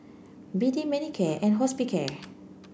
B D Manicare and Hospicare